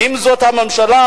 אם זאת הממשלה,